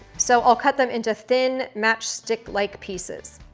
so i'll cut them into thin matchstick-like pieces.